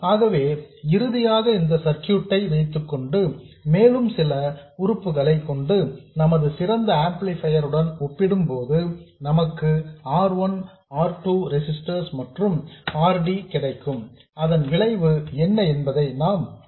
ஆகவே இறுதியாக இந்த சர்க்யூட் ஐ வைத்துக்கொண்டு மேலும் சில உறுப்புகளை கொண்டு நமது சிறந்த ஆம்ப்ளிபையர் உடன் ஒப்பிடும்போது நமக்கு இந்த R 1 R 2 ரெசிஸ்டர்ஸ் மற்றும் இந்த R D கிடைக்கும் அதன் விளைவு என்ன என்பதை நாம் பார்ப்போம்